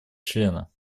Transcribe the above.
члена